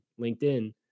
LinkedIn